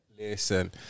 Listen